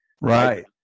Right